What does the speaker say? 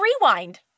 Rewind